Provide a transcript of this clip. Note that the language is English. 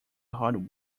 hard